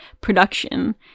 production